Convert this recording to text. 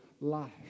life